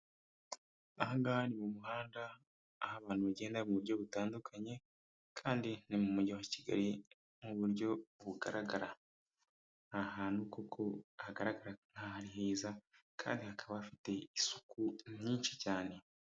Aha ngaha ni mu muhanda, aho abantu bagenda mu buryo butandukanye, kandi ni mu mujyi wa Kigali, mu buryo bugaragara. Ni ahantu kuko hagaragara nk'aha ari heza, kandi hakaba hafite isuku nyinshi cyane.